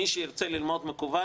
מי שירצה ללמוד מקוון,